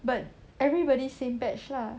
but everybody same batch lah